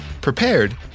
prepared